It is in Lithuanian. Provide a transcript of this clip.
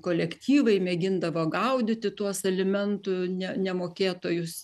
kolektyvai mėgindavo gaudyti tuos alimentų ne nemokėtojus